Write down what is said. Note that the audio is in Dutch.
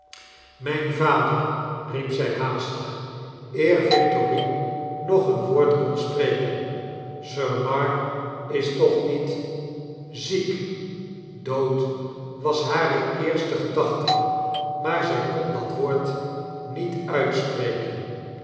mijn vader riep zy haastig eer victorine nog een woord kon spreken sir markistoch niet ziek fl dood was hare eerste gedachte maar zij kon dat woord niet uitspreken